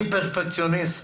אני פרפקציוניסט.